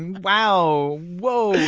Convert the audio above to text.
and wow. whoa.